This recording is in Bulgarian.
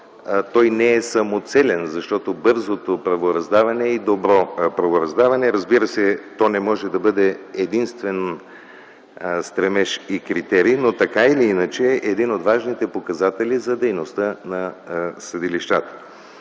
Той не е самоцелен, защото бързото правораздаване и добро правораздаване, разбира се не може да бъде единствен стремеж и критерий, но така или иначе е един от важните показатели за дейността на съдилищата.